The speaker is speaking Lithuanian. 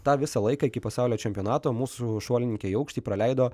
tą visą laiką iki pasaulio čempionato mūsų šuolininkė į aukštį praleido